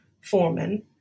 Foreman